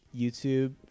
YouTube